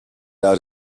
out